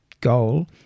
goal